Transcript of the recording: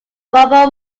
barbara